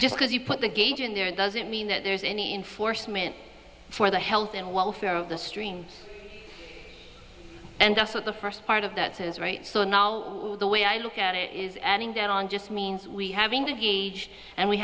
just because you put the gauge in there it doesn't mean that there's any enforcement for the health and welfare of the streams and also the first part of that is right so now the way i look at it is adding that on just means we having to gauge and we